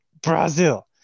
Brazil